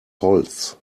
holz